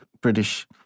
British